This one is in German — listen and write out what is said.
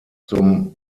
zum